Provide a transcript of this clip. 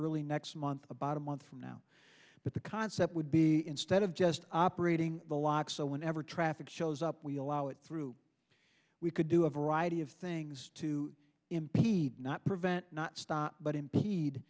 early next month about a month from now but the concept would be instead of just operating the lock so whenever traffic shows up we allow it through we could do a variety of things to impede not prevent not stop but impede